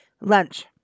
lunch